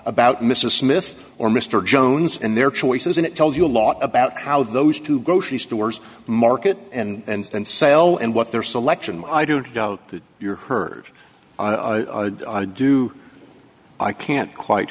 about mrs smith or mr jones and their choices and it tells you a lot about how those two grocery stores market and sell and what their selection i don't doubt that your herd do i can't quite